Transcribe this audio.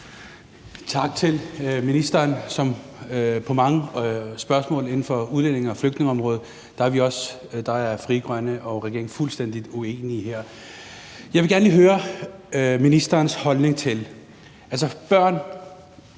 Tak til ministeren. Som på mange andre spørgsmål inden for udlændinge- og flygtningeområdet er Frie Grønne og regeringen også fuldstændig uenige her. Jeg vil gerne lige høre ministerens holdning til noget.